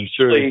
sure